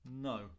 No